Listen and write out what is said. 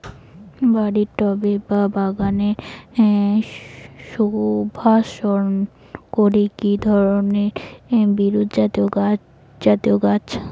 বাড়ির টবে বা বাগানের শোভাবর্ধন করে এই ধরণের বিরুৎজাতীয় গাছ